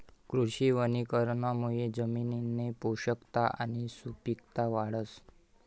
कृषी वनीकरणमुये जमिननी पोषकता आणि सुपिकता वाढस